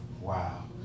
Wow